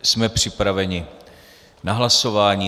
Jsme připraveni k hlasování.